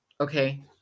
Okay